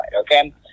Okay